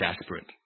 desperate